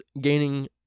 gaining